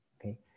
okay